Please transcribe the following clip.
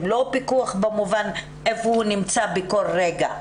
לא פיקוח במובן של איפה הוא נמצא בכל רגע,